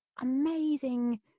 amazing